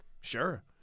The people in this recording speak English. Sure